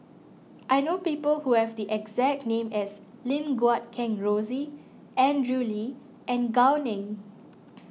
I know people who have the exact name as Lim Guat Kheng Rosie Andrew Lee and Gao Ning